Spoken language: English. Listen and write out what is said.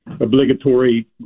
obligatory